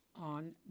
on